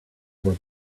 where